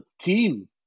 team